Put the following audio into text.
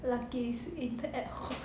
lucky 是 internet